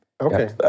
Okay